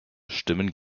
stimmen